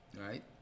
right